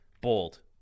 bold